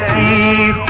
e